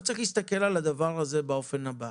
צריך להסתכל על הדבר הזה באופן הבא: